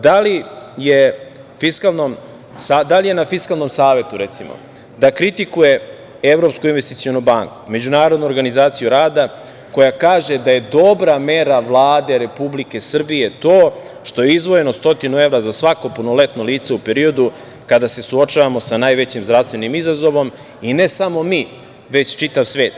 Da li je na Fiskalnom savetu, recimo, da kritikuje Evropsku investicionu banku, Međunarodnu organizaciju rada koja kaže da je dobra mera Vlade Republike Srbije to što je izdvojeno 100 evra za svako punoletno lice u periodu kada se suočavamo sa najvećim zdravstvenim izazovom i ne samo mi, već čitav svet.